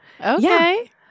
Okay